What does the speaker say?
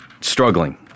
struggling